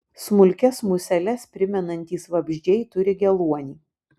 smulkias museles primenantys vabzdžiai turi geluonį